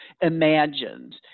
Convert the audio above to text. imagined